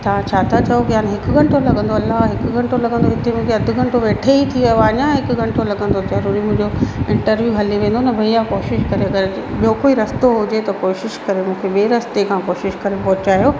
तव्हां छा था चओ की हाणे हिकु घंटो लॻंदो अल्ला हिकु घंटो लॻंदो हिते मूंखे अधि घंटो वेठे ई थी वियो आहे अञा हिकु घंटो लॻंदो ज़रूर मुंहिंजो इंटरव्यू हली वेंदो न भईया कोशिशि करे ॿियो कोई रस्तो हुजे त कोशिशि करे मूंखे ॿिए रस्ते खां कोशिशि करे पहुंचायो